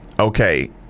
okay